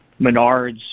Menards